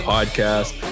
Podcast